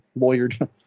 lawyered